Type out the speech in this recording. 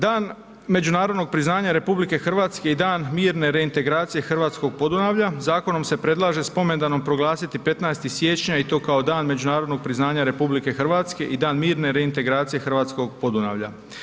Dan međunarodnog priznanja RH i Dan mirne reintegracije hrvatskog Podunavlja, zakonom se predlaže spomendanom proglasiti 15. siječnja i to kao Dan međunarodnog priznanja RH i Dan mirne reintegracije hrvatskog Podunavlja.